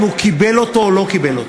אם הוא קיבל אותו או לא קיבל אותו.